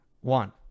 one